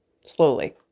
Slowly